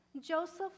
Joseph